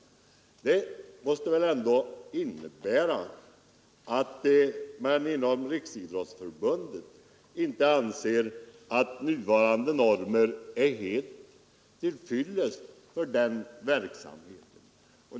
Det måste väl ändå innebära att man inom Riksidrottsförbundet inte anser att nuvarande normer är helt till fyllest för den verksamheten.